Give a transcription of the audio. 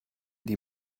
die